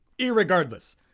Irregardless